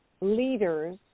leaders